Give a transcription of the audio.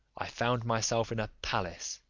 i found myself in a palace,